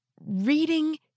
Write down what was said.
reading